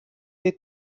wir